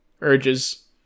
urges